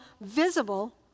visible